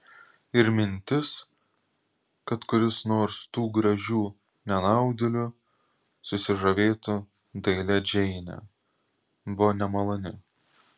ir mintis kad kuris nors tų gražių nenaudėlių susižavėtų dailia džeine buvo nemaloni